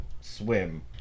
swim